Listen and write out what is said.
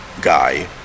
guy